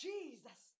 Jesus